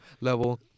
level